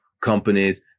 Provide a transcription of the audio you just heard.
companies